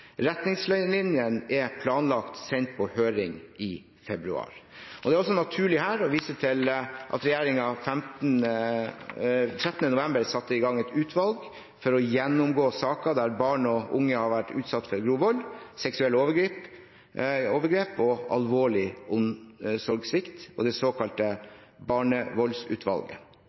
Retningslinjene er planlagt sendt på høring i februar. Det er også naturlig her å vise til at regjeringen 13. november 2015 satte ned et utvalg som skal gjennomgå saker der barn og unge har vært utsatt for grov vold, seksuelle overgrep og alvorlig omsorgssvikt, det såkalte Barnevoldsutvalget.